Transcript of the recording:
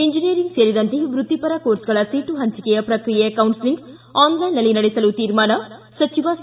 engineering ಸೇರಿದಂತೆ ವೃತ್ತಿಪರ ಕೋರ್ಸ್ಗಳ ಸೀಟು ಹಂಚಿಕೆ ಪ್ರಕ್ರಿಯೆಯ ಕೌನ್ಸೆಲಿಂಗ್ ಆನ್ಲೈನ್ನಲ್ಲಿ ನಡೆಸಲು ತೀರ್ಮಾನ ಸಚಿವ ಸಿ